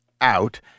out